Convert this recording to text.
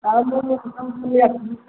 ଆଉ ମୁଁ